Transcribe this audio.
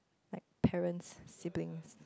like parents' siblings